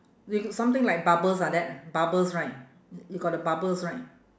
they got something like bubbles like that bubbles right you got the bubbles right